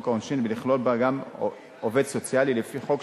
העונשין ולכלול בה גם עובד סוציאלי לפי חוק,